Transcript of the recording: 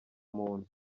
muntu